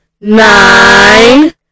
nine